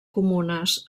comunes